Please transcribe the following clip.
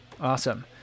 awesome